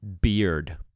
beard